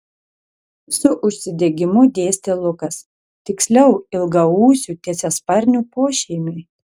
su užsidegimu dėstė lukas tiksliau ilgaūsių tiesiasparnių pošeimiui